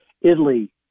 Italy